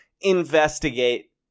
investigate